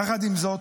יחד עם זאת,